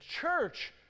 church